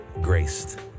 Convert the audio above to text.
graced